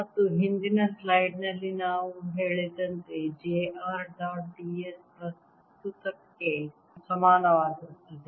ಮತ್ತು ಹಿಂದಿನ ಸ್ಲೈಡ್ ನಲ್ಲಿ ನಾವು ಹೇಳಿದಂತೆ j r dot d s ಪ್ರಸ್ತುತಕ್ಕೆ ಸಮಾನವಾಗಿರುತ್ತದೆ